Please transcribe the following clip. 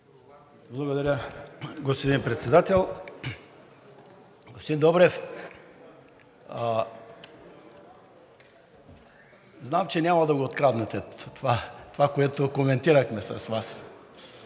Благодаря, господин Председател. Господин Добрев, знам, че няма да го откраднете това, което коментирахме с Вас.